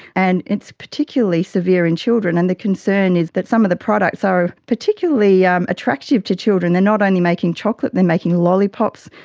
and it's particularly severe in children. and the concern is that some of the products are particularly um attractive to children. they are not only making chocolate, they are making lollipops,